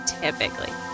Typically